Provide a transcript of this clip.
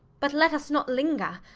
but let us not linger.